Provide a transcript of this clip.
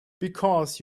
because